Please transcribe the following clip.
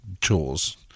chores